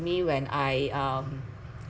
me when I um